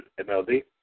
MLD